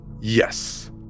Yes